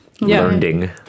Learning